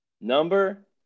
number